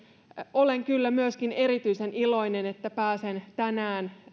olen kyllä myöskin erityisen iloinen että pääsen tänään